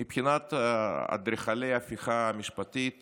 מבחינת אדריכלי ההפיכה המשפטית